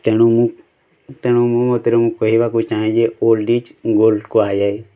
ତେଣୁ ମୁଁ ତେଣୁ ମୁଁ ମୋ ମତରେ ମୁଁ କହିବାକୁ ଚାହେଁ ଯେ ଓଲ୍ଡ଼ ଇଜ୍ ଗୋଲ୍ଡ଼ କୁହାଯାଏ